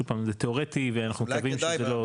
שוב פעם זה תיאורטי ואנחנו מקווים שזה לא.